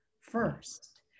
first